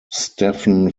stephen